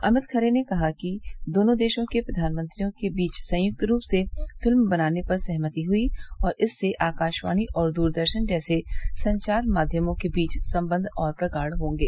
अमित खरे ने कहा कि दोनों देशों के प्रधानमंत्रियों के बीच संयुक्त रूप से फिल्मे बनाने पर सहमति हुई और इससे आकाशवाणी और दूरदर्शन जैसे संचार माध्यमों के बीच संबंध और प्रगाढ़ होंगे